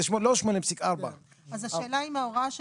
זה לא 8.4. אז השאלה אם ההוראה,